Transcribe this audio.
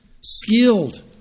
Skilled